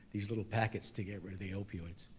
these little packets to get rid of the opioids.